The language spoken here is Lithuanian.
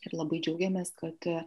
ir labai džiaugiamės kad